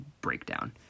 breakdown